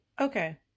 okay